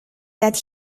that